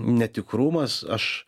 netikrumas aš